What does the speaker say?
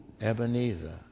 Ebenezer